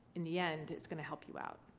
in the end it's going to help you out,